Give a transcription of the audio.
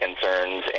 concerns